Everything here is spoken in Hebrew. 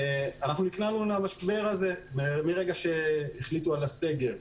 ואנחנו נקלענו אל המשבר הזה מרגע שהחליטו על הסגר,